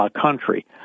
country